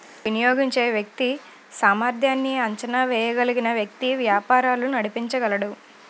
వినియోగించే వ్యక్తి సామర్ధ్యాన్ని అంచనా వేయగలిగిన వ్యక్తి వ్యాపారాలు నడిపించగలడు